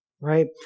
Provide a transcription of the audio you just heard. right